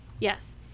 Yes